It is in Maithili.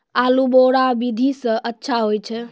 आलु बोहा विधि सै अच्छा होय छै?